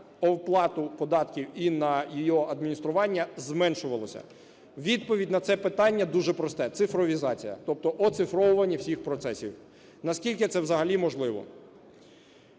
оплату податків і на її адміністрування, зменшувались. Відповідь на це питання дуже просте – цифровізація, тобто оцифровування всіх процесів наскільки це взагалі можливо.